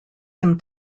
him